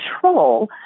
control